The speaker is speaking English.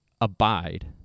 abide